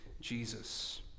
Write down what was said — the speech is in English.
Jesus